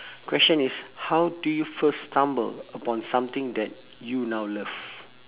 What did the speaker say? question is how do you first stumble upon something that you now love